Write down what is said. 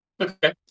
okay